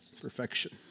Perfection